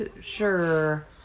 sure